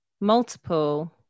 multiple